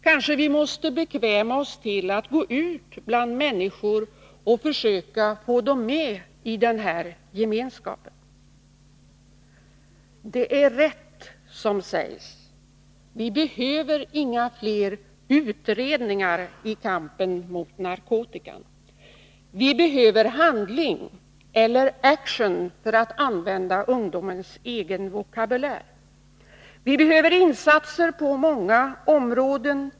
Kanske vi måste bekväma oss till att gå ut bland människorna och försöka få dem med i den här gemenskapen. Det är rätt som sägs: Vi behöver inga fler utredningar i kampen mot narkotikan. Vi behöver handling — eller action för att använda ungdomens egen vokabulär. Vi behöver insatser på många områden.